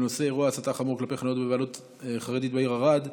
בנושא: אירוע הסתה חמורה כלפי חנויות בבעלות חרדית בעיר ערד.